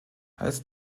als